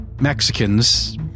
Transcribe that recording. Mexicans